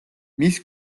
მის